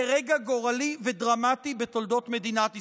זה רגע גורלי ודרמטי בתולדות מדינת ישראל.